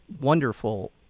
wonderful